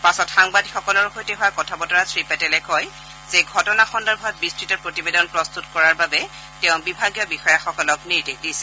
পাছত সাংবাদিকসকলৰ সৈতে হোৱা কথা বতৰাত শ্ৰী পেটেলে কয় যে ঘটনা সংক্ৰান্তত বিস্তত প্ৰতিবেদন প্ৰস্তুত কৰাৰ বাবে তেওঁ বিভাগীয় বিষয়াসকলক নিৰ্দেশ দিছে